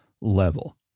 level